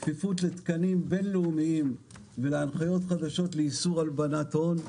כפיפיות לתקנים בין-לאומיים ולהנחיות חדשות לאיסור הלבנת הון.